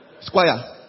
Squire